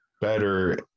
better